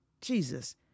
Jesus